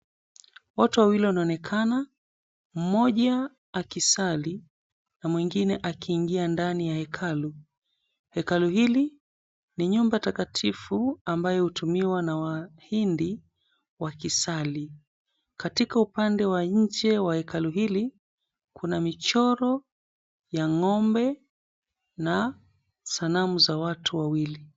Watu wawili wanaonekana, mmoja akisali na mwingine akiingia ndani ya hekalu. Hekalu hili ni nyumba takatifu ambayo hutumiwa na wahindi wakisali. Katika upande wa nje wa hekalu hili kuna michoro ya ng'ombe na sanamu za watu wawili.